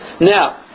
Now